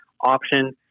option